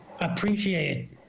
appreciate